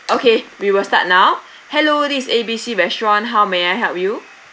okay we will start now hello this is A B C restaurant how may I help you